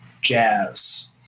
jazz